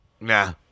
Nah